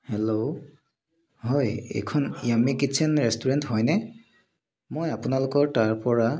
hello হয় এইখন yummy kitchen restaurant হয়নে মই আপোনালোকৰ তাৰ পৰা